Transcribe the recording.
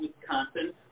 Wisconsin